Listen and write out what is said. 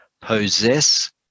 possess